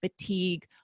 fatigue